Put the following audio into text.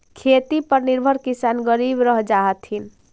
खेती पर निर्भर किसान गरीब रह जा हथिन